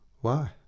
Why